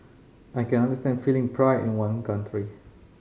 I can understand feeling pride in one country